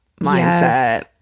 mindset